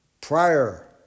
Prior